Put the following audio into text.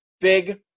big